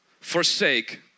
forsake